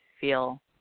feel